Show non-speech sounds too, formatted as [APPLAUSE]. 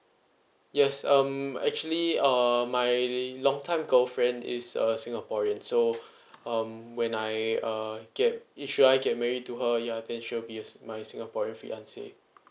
yes um actually uh my long time girlfriend is a singaporean so [BREATH] um when I uh get it should I get married to her yeah then she'll be my singaporean fiancé